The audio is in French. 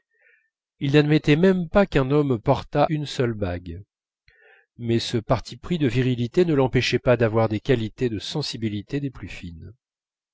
il n'admettait même pas qu'un homme portât une seule bague mais ce parti pris de virilité ne l'empêchait pas d'avoir des qualités de sensibilité des plus fines